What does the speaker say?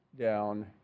down